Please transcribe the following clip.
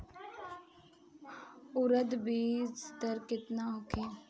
उरद बीज दर केतना होखे?